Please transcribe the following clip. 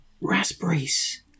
raspberries